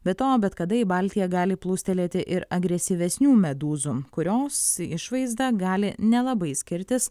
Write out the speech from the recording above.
be to bet kada į baltiją gali plūstelėti ir agresyvesnių medūzų kurios išvaizda gali nelabai skirtis